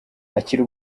akiri